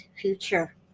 future